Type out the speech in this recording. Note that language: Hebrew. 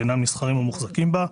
ואינם נסחרים או מוחזקים בה.